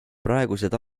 praegused